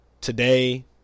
Today